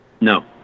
No